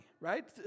right